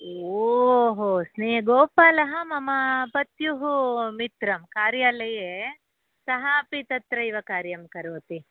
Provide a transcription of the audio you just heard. ओहो स्ने गोपालः मम पत्युः मित्रं कार्यालये सः अपि तत्रैव कार्यं करोति